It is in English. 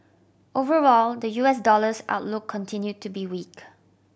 overall the U S dollar's outlook continue to be weak